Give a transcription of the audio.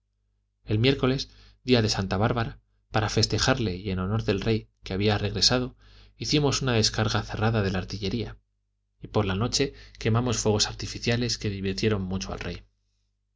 el miércoles día de santa bárbara para festejarle y en honor del rey que había regresado hicimos una descarga cerrada de la artillería y por la noche quemamos fuegos artificiales que divirtieron mucho al rey